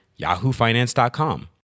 yahoofinance.com